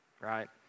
right